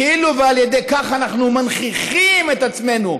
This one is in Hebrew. כאילו על ידי כך אנחנו מנכיחים את עצמנו.